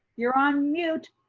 you're on mute.